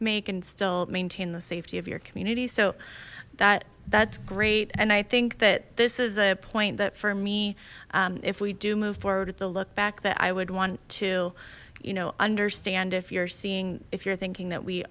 make and still maintain the safety of your community so that that's great and i think that this is a point that for me if we do move forward to look back that i would want to you know understand if you're seeing if you're thinking that we